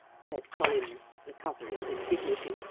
said collins, recovering his dignity,